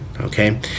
okay